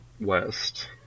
west